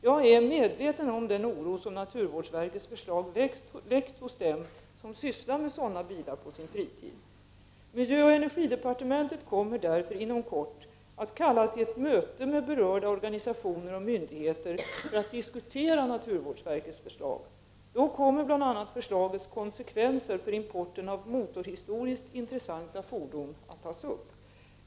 Jag är medveten om den oro som naturvårdsverkets förslag väckt hos dem som sysslar med sådana bilar på sin fritid. Miljöoch energidepartementet kommer därför inom kort att kalla till ett möte med berörda organisationer och myndigheter för att diskutera naturvårdsverkets förslag. Då kommer bl.a. förslagets konsekvenser för importen av motorhistoriskt intressanta fordon att tas upp.